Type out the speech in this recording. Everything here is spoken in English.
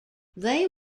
they